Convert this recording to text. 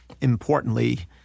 importantly